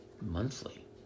Monthly